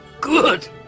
good